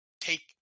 take